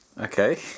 Okay